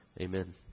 Amen